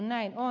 näin on